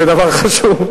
זה דבר חשוב.